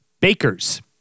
Bakers